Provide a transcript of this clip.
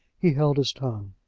he held his tongue.